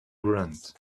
grunt